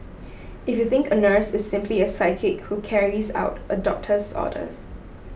if you think a nurse is simply a sidekick who carries out a doctor's orders